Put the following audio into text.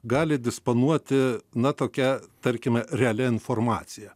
gali disponuoti na tokia tarkime realia informacija